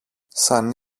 σαν